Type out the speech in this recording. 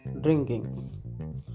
drinking